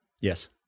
Yes